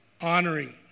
honoring